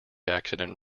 accident